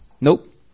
Nope